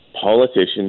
politicians